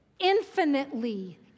infinitely